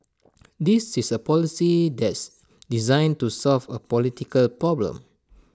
this is A policy that's designed to solve A political problem